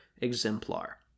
exemplar